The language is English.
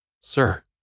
Sir